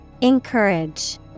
Encourage